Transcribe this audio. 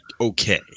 okay